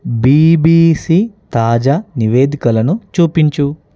BBC తాజా నివేదికలను చూపించు